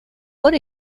por